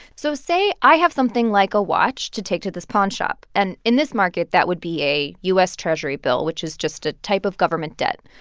so say i have something, like a watch, to take to this pawnshop. and in this market, that would be a u s. treasury bill, which is just a type of government debt.